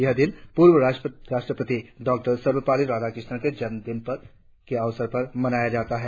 यह दिन पूर्व राष्ट्रपति डॉक्टर सर्वपल्ली राधाकृष्णन के जन्मदिन के अवसर पर मनाया जाता है